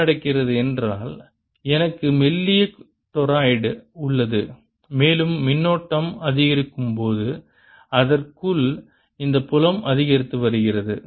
என்ன நடக்கிறது என்றால் எனக்கு மெல்லிய டொராய்டு உள்ளது மேலும் மின்னோட்டம் அதிகரிக்கும் போது அதற்குள் இந்த புலம் அதிகரித்து வருகிறது